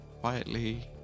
quietly